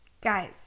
Guys